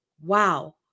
wow